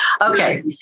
Okay